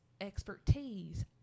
expertise